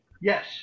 Yes